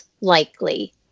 likely